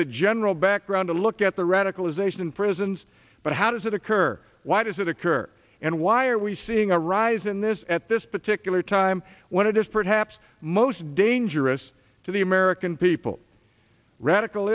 the general background and look at the radicalization in prisons but how does it occur why does it occur and why are we seeing a rise in this at this particular time when it is perhaps most dangerous to the american people radical